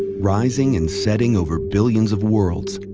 rising and setting over billions of worlds,